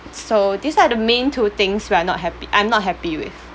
so these are the main two things we're not happy I'm not happy with